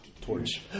torch